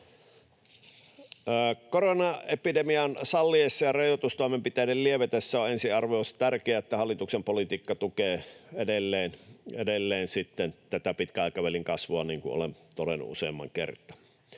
Koronaepidemian salliessa ja rajoitustoimenpiteiden lievetessä on ensiarvoisen tärkeää, että hallituksen politiikka tukee edelleen sitten tätä pitkän aikavälin kasvua, niin kuin olen todennut useampaan kertaan.